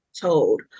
told